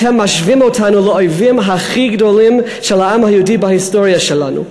אתם משווים אותנו לאויבים הכי גדולים של העם היהודי בהיסטוריה שלנו.